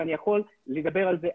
ואני יכול לדבר על זה,